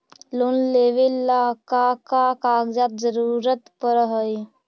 Loan लेवेला का का कागजात जरूरत पड़ हइ?